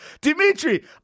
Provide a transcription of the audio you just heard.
Dimitri